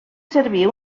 servir